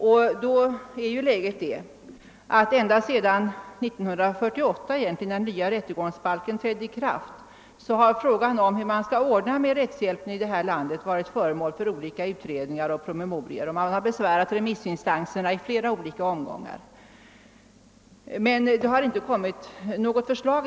Och då är läget det, att ända sedan den nya rättegångsbalken trädde i kraft 1948 har frågan om hur rättshjälpen skall ordnas här i landet varit föremål för olika utredningar och behandlats i promemorior, och remissinstanserna har besvärats i flera olika omgångar. Men departementet har inte framlagt något förslag.